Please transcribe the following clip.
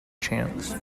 chance